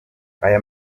aya